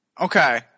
Okay